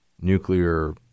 nuclear